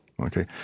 okay